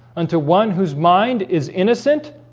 unto one whose mind is innocent